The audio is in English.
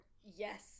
Yes